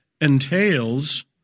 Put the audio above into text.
entails